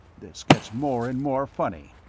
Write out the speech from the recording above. this gets more and more funny.